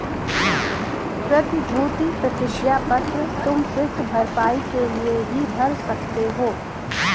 प्रतिभूति प्रतिज्ञा पत्र तुम सिर्फ भरपाई के लिए ही भर सकते हो